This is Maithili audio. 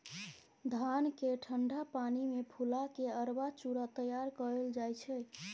धान केँ ठंढा पानि मे फुला केँ अरबा चुड़ा तैयार कएल जाइ छै